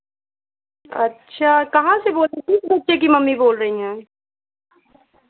अच्छा कहाँ से बोल रहीं किस बच्चे की मम्मी बोल रही हैं